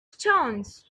stones